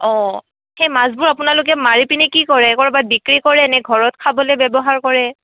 অঁ সেই মাছবোৰ আপোনালোকে মাৰি পিনে কি কৰে ক'ৰবাত বিক্ৰী কৰে নে ঘৰত খাবলৈ ব্যৱহাৰ কৰে